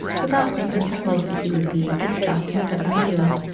without thinking how lovely he would be if stuffed and set on wheels,